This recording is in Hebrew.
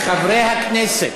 חברי הכנסת